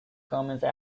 commenced